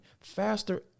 faster